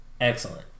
Excellent